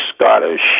Scottish